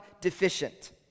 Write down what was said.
deficient